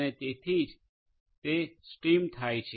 અને તેથી તે સ્ટ્રીમડ થાય છે